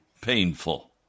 painful